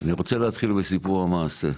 אני רוצה להתחיל בסיפור המעשה,